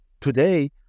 today